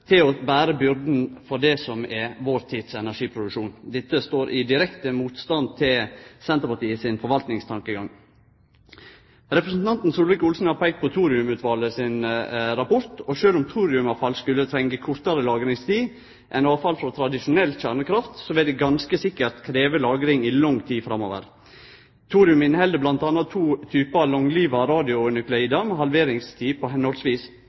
fødde, må bere byrda for det som er vår tids energiproduksjon. Dette står i direkte motstrid til Senterpartiet sin forvaltningstankegang. Representanten Solvik-Olsen har peikt på rapporten frå Thoriumutvalet. Sjølv om thoriumavfall skulle trenge kortare lagringstid enn avfall frå tradisjonell kjernekraft, vil det ganske sikkert krevje lagring i lang tid framover. Thorium inneheld bl.a. to typar langliva radionuklidar med ei halveringstid på